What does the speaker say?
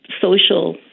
social